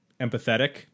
empathetic